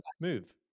Move